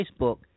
Facebook